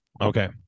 Okay